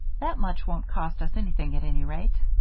that much won't cost us anything at any rate.